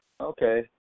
Okay